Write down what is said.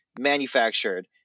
manufactured